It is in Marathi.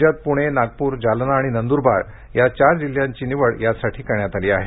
राज्यात पुणे नागपूर जालना आणि नंदूरबार या चार जिल्ह्यांची यासाठी निवड करण्यात आली आहे